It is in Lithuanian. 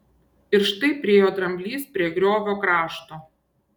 ir štai priėjo dramblys prie griovio krašto